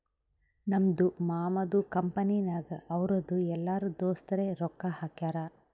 ನಮ್ದು ಮಾಮದು ಕಂಪನಿನಾಗ್ ಅವ್ರದು ಎಲ್ಲರೂ ದೋಸ್ತರೆ ರೊಕ್ಕಾ ಹಾಕ್ಯಾರ್